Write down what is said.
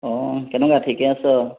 অ কেনেকুৱা ঠিকে আছ'